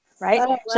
right